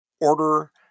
Order